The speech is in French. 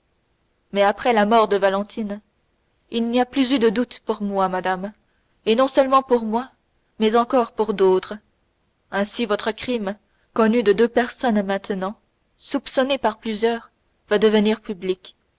mais après la mort de valentine il n'y a plus eu de doute pour moi madame et non seulement pour moi mais encore pour d'autres ainsi votre crime connu de deux personnes maintenant soupçonné par plusieurs va devenir public